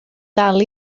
dal